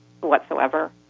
whatsoever